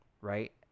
right